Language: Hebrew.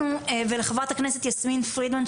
ולחברת הכנסת יסמין פרידמן,